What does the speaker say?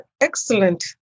excellent